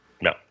No